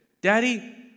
Daddy